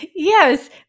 Yes